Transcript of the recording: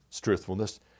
truthfulness